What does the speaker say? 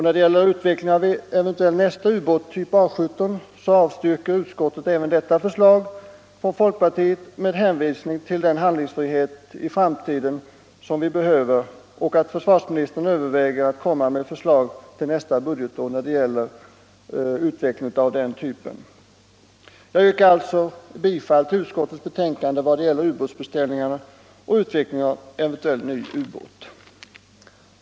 När det gäller utvecklingen av en eventuell nästa ubåt, typ A 17, avstyrker utskottet även detta förslag från folkpartiet med hänvisning till den handlingsfrihet i framtiden som vi behöver och att försvarsministern överväger att komma med förslag till nästa budgetår när det gäller utvecklingen av den typen. Jag yrkar alltså bifall till utskottets betänkande vad gäller ubåtsbeställningar och utvecklingen av eventuellt ny ubåt.